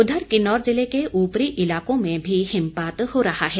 उधर किन्नौर जिले के ऊपरी इलाकों में भी हिमपात हो रहा है